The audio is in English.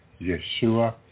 Yeshua